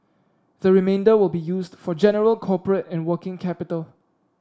the remainder will be used for general corporate and working capital